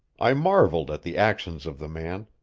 i marveled at the actions of the man,